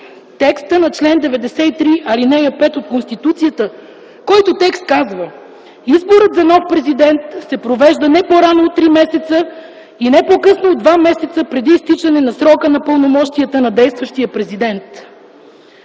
текста на чл. 93, ал. 5 от Конституцията, който гласи: „Изборът за нов президент се провежда не по-рано от три месеца и не по-късно от два месеца преди изтичане на срока на пълномощията на действащия президент.”